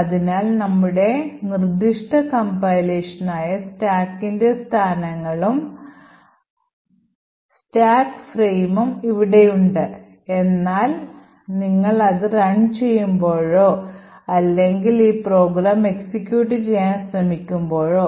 അതിനാൽ നമ്മുടെ നിർദ്ദിഷ്ട Compilation ആയ സ്റ്റാക്കിന്റെ സ്ഥാനങ്ങളും സ്റ്റാക്ക് ഫ്രെയിമും ഇവിടെയുണ്ട് എന്നാൽ നിങ്ങൾ അത് റൺ ചെയ്യുമ്പോഴോ അല്ലെങ്കിൽ ഈ പ്രോഗ്രാം എക്സിക്യൂട്ട് ചെയ്യാൻ ശ്രമിക്കുമ്പോഴോ